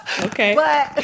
Okay